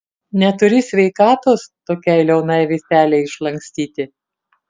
neturi sveikatos tokiai liaunai vytelei išlaikyti